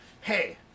hey